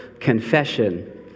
confession